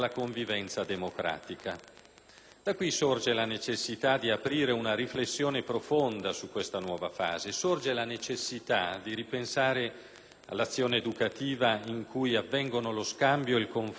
Da qui sorge la necessità di aprire una riflessione profonda su questa nuova fase e sorge la necessità di ripensare l'azione educativa in cui avvengono lo scambio e il confronto fra culture.